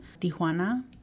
Tijuana